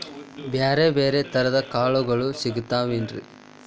ಬ್ಯಾರೆ ಬ್ಯಾರೆ ತರದ್ ಕಾಳಗೊಳು ಸಿಗತಾವೇನ್ರಿ?